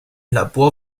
labor